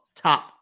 top